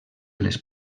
les